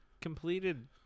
completed